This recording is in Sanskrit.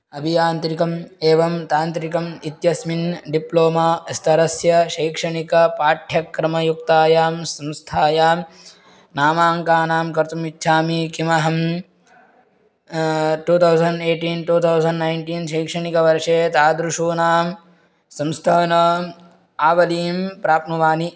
अभियान्त्रिकम् एवं तान्त्रिकम् इत्यस्मिन् डिप्लोमा स्तरस्य शैक्षणिकपाठ्यक्रमयुक्तायां संस्थायां नामाङ्कनं कर्तुम् इच्छामि किमहं two thousand eighteen two thousand nineteen शैक्षणिकवर्षे तादृशानां संस्थानाम् आवलीं प्राप्नुवानि